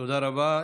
תודה רבה.